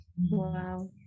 Wow